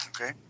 Okay